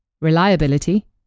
reliability